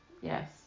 yes